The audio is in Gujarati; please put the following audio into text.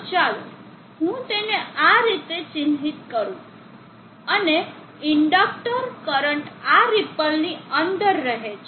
તો ચાલો હું તેને આ રીતે ચિહ્નિત કરું અને ઇન્ડક્ટર કરંટ આ રીપલની અંદર રહે છે